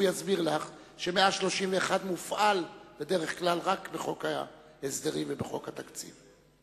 הוא יסביר לך שסעיף 131 מופעל בדרך כלל רק בחוק ההסדרים ובחוק התקציב.